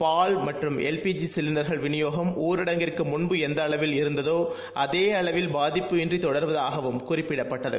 பால் மற்றும் எல்பிஜி சிலிண்டர்கள் விநியோகம் ஊரடங்கிற்கு முன்பு எந்த அளவில் இருந்ததோ அதே அளவில் பாதிப்பு இன்றி தொடர்வதாகவும் குறிப்பிடப்பட்டது